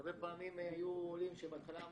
הרבה פעמים היו הורים שבהתחלה אמרתי,